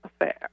affair